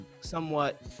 somewhat